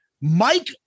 Mike